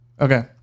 Okay